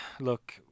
Look